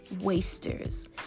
wasters